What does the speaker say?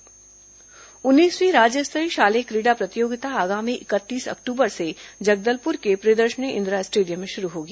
शालेय क्रीडा प्रतियोगिता उन्नीसवीं राज्य स्तरीय शालेय क्रीड़ा प्रतियोगिता आगामी इकतीस अक्टूबर से जगदलपुर के प्रियदर्शिनी इंदिरा स्टेडियम में शुरू होगी